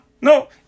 No